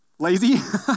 Lazy